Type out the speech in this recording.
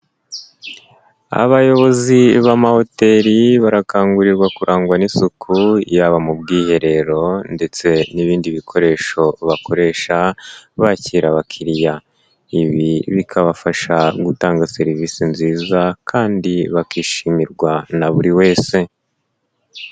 Abayobozi b'amahoteri barakangurirwa kurangwa n'isuku, yaba mu bwiherero ndetse n'ibindi bikoresho bakoresha bakira abakiriya. Ibi bikabafasha gutanga serivisi nziza kandi bakishimirwa na buri wese.